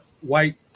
White